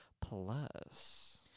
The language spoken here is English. plus